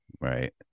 right